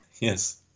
Yes